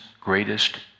greatest